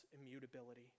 immutability